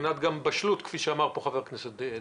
מבחינת בשלות, כפי שאמר חבר הכנסת דיכטר?